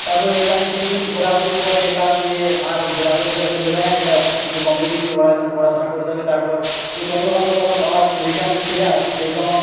তারপরে এখানে কিছু দিন ঘোরাঘুরির পর দেখলাম যে আর ঘোরাঘুরি করা চলবে না একটা কিছু কম্পেটিটিভ কিছু করার জন্য পড়াশোনা করতে হবে তারপর আমি চন্দ্রকোণাতে যখন আবার রিটার্ন ফিরে আসি সেই সময়